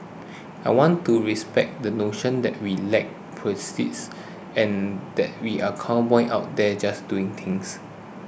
I want to respect the notion that we lack proceeds and that we are cowboys out there just doing things